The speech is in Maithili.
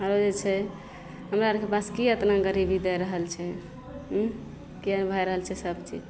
ओ जे छै हमरा आओरके पास कि एतना गरीबी दै रहल छै उँ केहन भै रहल छै सबचीज